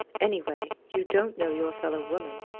anyway, you don't know your fellow-woman.